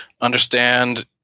understand